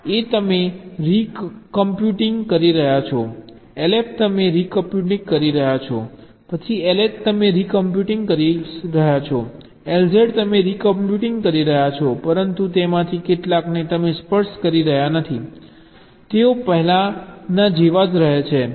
A તમે recomputing કરી રહ્યાં છો LF તમે રિ કમ્પ્યુટિંગ કરી રહ્યાં છો પછી LH તમે રિ કમ્પ્યુટિંગ કરી રહ્યાં છો LZ તમે રિ કમ્પ્યુટિંગ કરી રહ્યાં છો પરંતુ તેમાંથી કેટલાકને તમે સ્પર્શ કરી રહ્યાં નથી તેઓ પહેલાનાં જેવા જ રહે છે